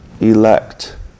elect